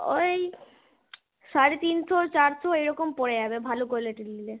ওই সাড়ে তিনশো চারশো এরকম পড়ে যাবে ভালো কোয়ালিটির নিলে